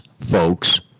folks